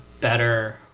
better